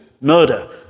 murder